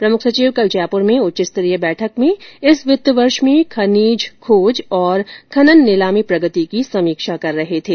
प्रमुख सचिव कल जयपूर में उच्च स्तरीय बैठक में इस वित्तीय वर्ष में खनिज खोज और खनन नीलामी प्रगति की समीक्षा कर रहे थे